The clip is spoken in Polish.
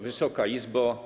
Wysoka Izbo!